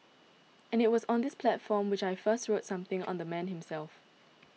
and it was on this platform which I first wrote something on the man himself